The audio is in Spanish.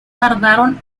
tardaron